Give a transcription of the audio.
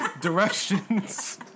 directions